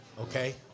okay